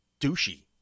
douchey